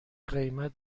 قیمت